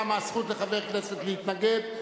קמה הזכות לחבר כנסת להתנגד.